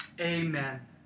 Amen